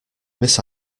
miss